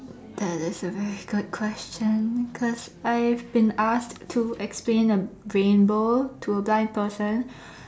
that is a very good question because I have been asked to explain a rainbow to a blind person